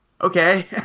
okay